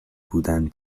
بودن